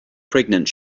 pregnant